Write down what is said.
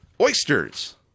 Oysters